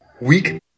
Weak